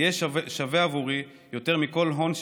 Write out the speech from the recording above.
יהיה שווה עבורי יותר מכל הון שבעולם,